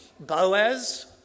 Boaz